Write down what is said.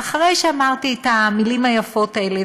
ואחרי שאמרתי את המילים היפות האלה,